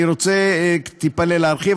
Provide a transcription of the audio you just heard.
אני רוצה טיפה להרחיב.